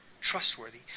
Trustworthy